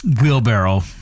Wheelbarrow